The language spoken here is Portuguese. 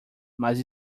mas